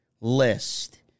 list